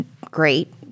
great